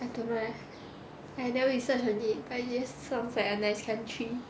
I don't know leh I never research 很 deep I just sounds like a nice country